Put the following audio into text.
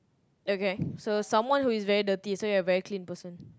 okay so someone who is very dirty so you are a very clean person